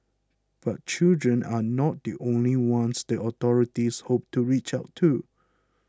but children are not the only ones the authorities hope to reach out to